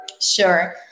Sure